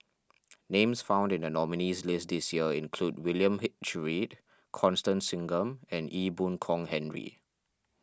names found in the nominees' list this year include William H Read Constance Singam and Ee Boon Kong Henry